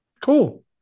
Cool